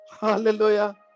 Hallelujah